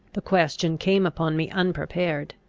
the question came upon me unprepared.